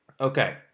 Okay